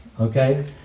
Okay